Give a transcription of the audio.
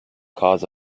cause